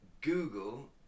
Google